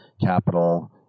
capital